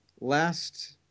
last